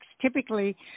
typically